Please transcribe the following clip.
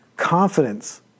confidence